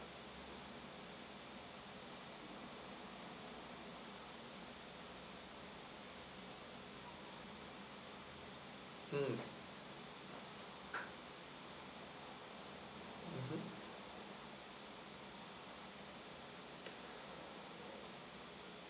mm mmhmm